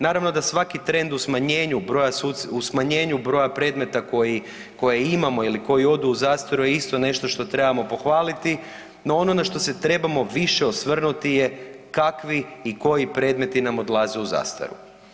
Naravno da svaki trend u smanjenju broja suca, u smanjenju broja predmeta koji, koje imamo ili koji odu u zastaru je isto nešto što trebamo pohvaliti, no ono na što se trebamo više osvrnuti kakvi i koji predmeti nam odlaze u zastaru.